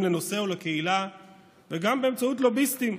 לנושא או לקהילה וגם באמצעות לוביסטים,